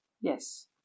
Yes